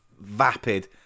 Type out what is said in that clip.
vapid